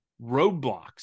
roadblocks